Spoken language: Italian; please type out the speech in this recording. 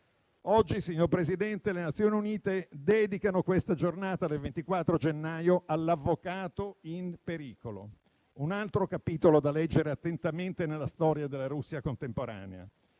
Oggi, signor Presidente, le Nazioni Unite dedicano la giornata del 24 gennaio all'avvocato in pericolo: un altro capitolo da leggere attentamente nella storia della Russia contemporanea.